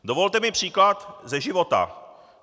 Dovolte mi příklad ze života.